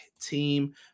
team